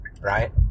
Right